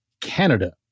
Canada